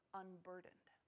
unburdened